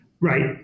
Right